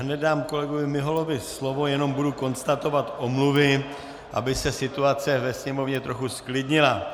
Hned dám kolegovi Miholovi slovo, jenom budu konstatovat omluvy, aby se situace ve sněmovně trochu zklidnila.